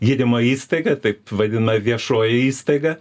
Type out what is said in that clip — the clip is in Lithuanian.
gydymo įstaigą taip vadinama viešoji įstaiga